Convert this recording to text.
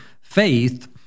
faith